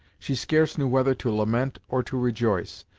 she scarce knew whether to lament, or to rejoice,